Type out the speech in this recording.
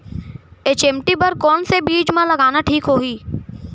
HMT बर कौन से बीज मा लगाना ठीक होही?